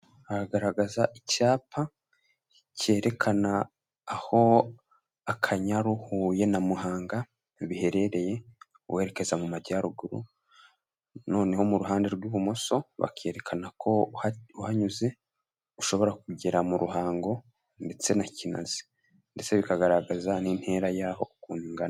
Aha hagaragaza icyapa cyerekana aho Akanyaru Huye na Muhanga biherereye werekeza mu majyaruguru, noneho mu ruhande rw'ibumoso bakerekana ko uhanyuze ushobora kugera mu Ruhango ndetse na Kinazi ndetse bikagaragaza n'intera y'aho kungana.